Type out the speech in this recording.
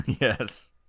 Yes